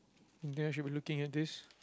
I think I should be looking at this